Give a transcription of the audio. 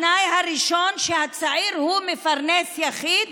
התנאי הראשון, שהצעיר הוא מפרנס יחיד,